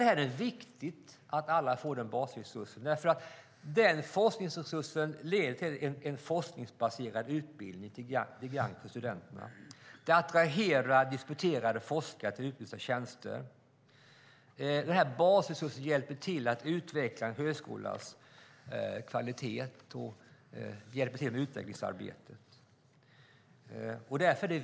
Det är viktigt att alla får den basresursen, därför att resurser till forskning leder till en forskningsbaserad utbildning till gagn för studenterna och attraherar disputerade forskare till utlysta tjänster. Dessutom är de viktiga för en högskolas kvalitets och utvecklingsarbete.